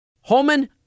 Holman